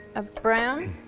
a brown.